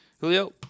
Julio